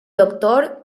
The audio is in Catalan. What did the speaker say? doctor